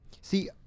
See